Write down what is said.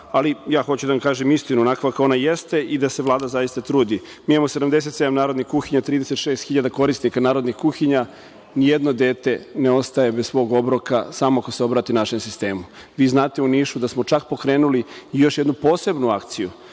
treba. Hoću da vam kažem istinu, onako kako jeste i da se Vlada zaista trudi. Imamo 77 narodnih kuhinja, 36 hiljada korisnika narodnih kuhinja, ni jedno dete ne ostaje bez svog obroka samo ako se obrati našem sistemu. Vi znate, u Nišu, da smo čak pokrenuli još jednu posebnu akciju,